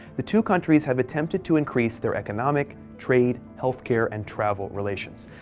the two countries have attempted to increase their economic, trade, healthcare, and travel relations.